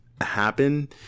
happen